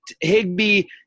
Higby